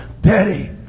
Daddy